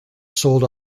sold